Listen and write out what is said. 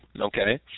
okay